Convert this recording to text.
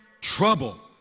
trouble